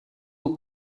who